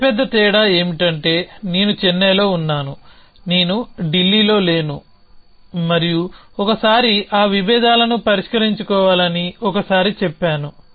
అతి పెద్ద తేడా ఏమిటంటే నేను చెన్నైలో ఉన్నాను నేను ఢిల్లీలో లేను మరియు ఒకసారి ఆ విభేదాలను పరిష్కరించుకోవాలని ఒకసారి చెప్పాను